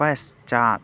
पश्चात्